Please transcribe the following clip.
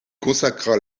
consacra